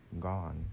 gone